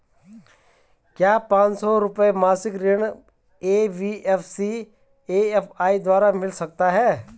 क्या पांच सौ रुपए मासिक ऋण एन.बी.एफ.सी एम.एफ.आई द्वारा मिल सकता है?